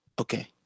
Okay